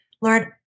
Lord